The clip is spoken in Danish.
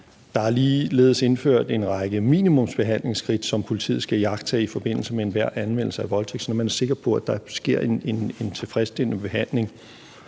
Der er ligeledes indført en række minimumsbehandlingsskridt, som politiet skal tage i forbindelse med enhver anmeldelse af voldtægt, så man er sikker på, at der sker en tilfredsstillende behandling.